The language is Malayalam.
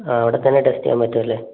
ആ അവിടെത്തന്നെ ടെസ്റ്റ് ചെയ്യാൻ പറ്റും അല്ലേ